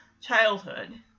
childhood